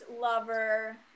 lover